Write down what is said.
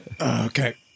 Okay